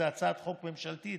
זאת הצעת חוק ממשלתית